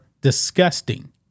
disgusting